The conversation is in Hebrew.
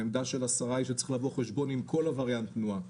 העמדה של השרה היא שצריך לבוא חשבון עם כל עבריין תנועה.